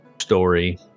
story